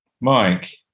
Mike